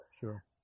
sure